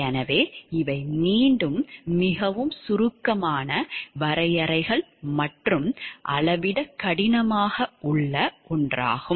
எனவே இவை மீண்டும் மிகவும் சுருக்கமான வரையறைகள் மற்றும் அளவிட கடினமாக உள்ளது